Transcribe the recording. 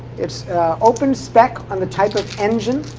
it's open spec on the type of engine.